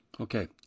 Okay